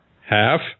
Half